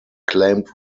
claimed